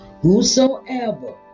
whosoever